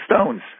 stones